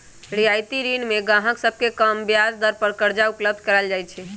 रियायती ऋण में गाहक सभके कम ब्याज दर पर करजा उपलब्ध कराएल जाइ छै